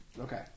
Okay